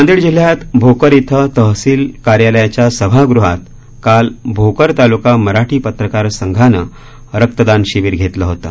नांदेड जिल्ह्यात भोकर इथं तहसील कार्यालयाच्या सभागृहात काल भोकर तालुका मराठी पत्रकार संघानं रक्तदान शिबीर घेतलं होतं